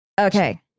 Okay